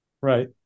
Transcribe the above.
Right